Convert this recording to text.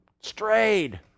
strayed